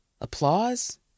Applause